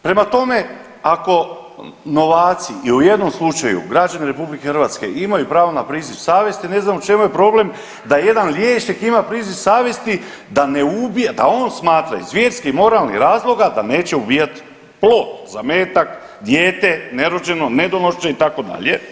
Prema tome, ako novaci i u jednom slučaju građani RH imaju pravo na priziv savjesti ne znam u čemu je problem da jedan liječnik ima priziv savjesti da ne ubije, da on smatra iz vjerski, moralnih razloga neće ubijati plod, zametak, dijete, nerođeno, nedonošče itd.